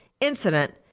incident